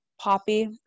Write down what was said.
Poppy